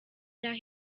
yaho